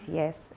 yes